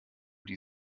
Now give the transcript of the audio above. die